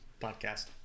Podcast